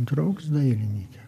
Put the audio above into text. draugs dailininke